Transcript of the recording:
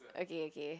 okay okay